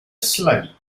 slope